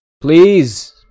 Please